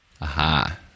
Aha